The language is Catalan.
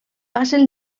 passen